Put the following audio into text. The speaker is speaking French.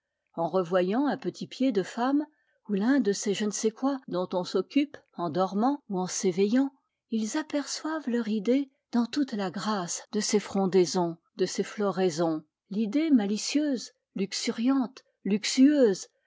en revoyant un petit pied de femme ou l'un de ces je ne sais quoi dont on s'occupe en dormant ou en s'éveillant ils aperçoivent leur idée dans toute la grâce de ses frondaisons de ses floraisons ridée malicieuse luxuriante luxueuse